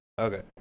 Okay